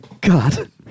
God